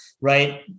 right